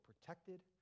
protected